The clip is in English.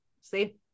see